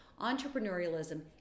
Entrepreneurialism